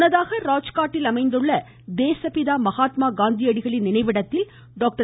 முன்னதாக ராஜ்காட்டில் அமைந்துள்ள தேசப்பிதா மகாத்மா காந்தியடிகளின் நினைவிடத்தில் டாக்டர்